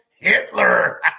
Hitler